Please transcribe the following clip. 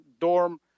dorm